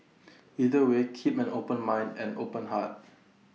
either way keep an open mind and open heart